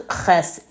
Ches